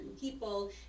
people